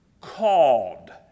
called